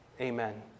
Amen